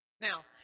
Now